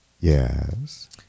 Yes